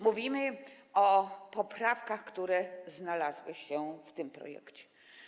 Mówimy o poprawkach, które znalazły się w tym projekcie.